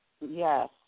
yes